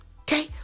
Okay